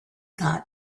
got